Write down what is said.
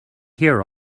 hear